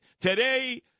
today